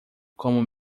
como